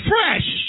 fresh